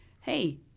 hey